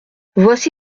voici